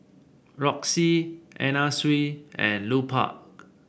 Roxy Anna Sui and Lupark